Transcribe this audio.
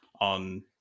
on